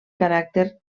caràcter